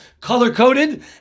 color-coded